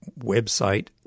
website